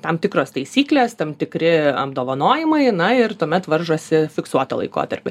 tam tikros taisyklės tam tikri apdovanojimai na ir tuomet varžosi fiksuotą laikotarpį